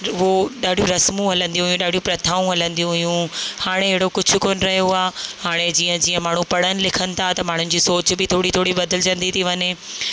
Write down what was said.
उहो ॾाढियूं रस्मूं हलंदियूं ॾाढियूं प्रथाऊं हलंदियूं हुयूं हाणे अहिड़ो कुझु कोन रहियो आहे हाणे जीअं जीअं माण्हू पढ़नि लिखनि था त माण्हुनि जी सोच बि थोरी थोरी बदिलजंदी थी वञे